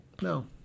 No